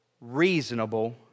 reasonable